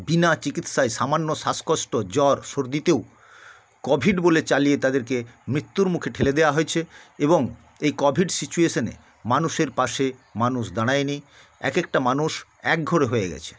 বিনা চিকিৎসায় সামান্য শ্বাসকষ্ট জ্বর সর্দিতেও কোভিড বলে চালিয়ে তাদেরকে মৃত্যুর মুখে ঠেলে দেয়া হয়েছে এবং এই কোভিড সিচুয়েশনে মানুষের পাশে মানুষ দাঁড়ায় নি এক একটা মানুষ এক ঘর হয়ে গেছে